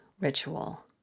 ritual